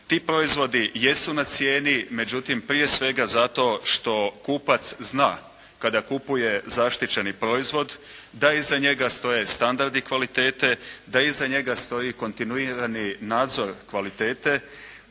Ti proizvodi jesu na cijeni, međutim prije svega zato što kupac zna kada kupuje zaštićeni proizvod da iza njega stoje standard i kvalitete, da iza njega stoji kontinuirani nadzor kvalitete